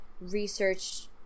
research